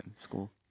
school